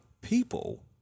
people